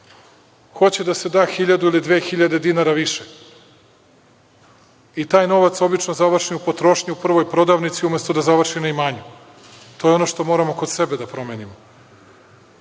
hoće da se da 1000 ili 2000 dinara više. Taj novac obično završi u potrošnju u prvoj prodavnici, umesto da završi na imanju. To je ono što moramo kod sebe da promenimo. Imaćemo